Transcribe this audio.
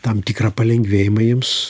tam tikrą palengvėjimą jiems